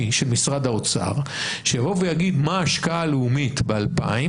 של משרד האוצר שיגיד מה ההשקעה הלאומית ב-2,000